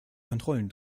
kontrollen